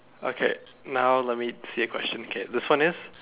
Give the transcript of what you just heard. okay now let me see a question again this one is